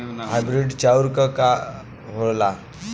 Hybrid चाउर का होला?